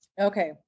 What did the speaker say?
Okay